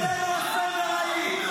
המיטו עלינו אסון נוראי.